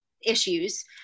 issues